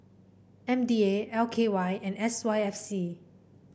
M D A L K Y and S Y F C